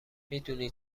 میدونی